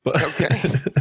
Okay